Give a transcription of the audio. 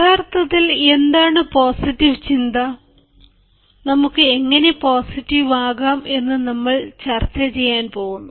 യഥാർത്ഥത്തിൽ എന്താണ് പോസിറ്റീവ് ചിന്ത നമുക്ക് എങ്ങനെ പോസിറ്റീവ് ആകാം എന്ന് നമ്മൾ ചർച്ചചെയ്യാൻ പോകുന്നു